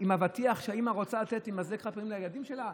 עם אבטיח שהאימא רוצה לתת במזלג חד-פעמי לילדים שלה?